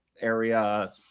area